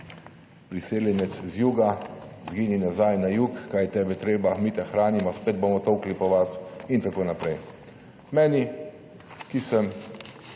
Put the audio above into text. priseljenec z juga, izgini nazaj na jug, kaj te je treba, mi te hranimo spet bomo tolkli po vas in tako naprej. Meni, ki sem